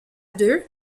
deux